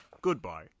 goodbye